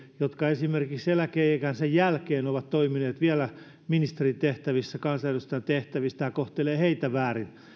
jotka esimerkiksi eläkeikänsä jälkeen ovat toimineet vielä ministerin ja kansanedustajan tehtävissä tämä kohtelee heitä väärin